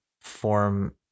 form